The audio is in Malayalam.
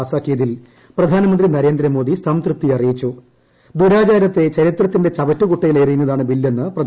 പാസ്സാക്കിയതിൽ പ്രധാനമന്ത്രി നരേന്ദ്രമോദി സംതൃപ്തി അറിയിച്ചു ദുരാചാരത്തെ ചരിത്രത്തിന്റെ ചവറ്റുകുട്ടയിൽ എറിയുന്നതാണ് ബില്ലെന്ന് പ്രധാനമന്ത്രി